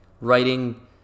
writing